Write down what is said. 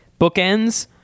bookends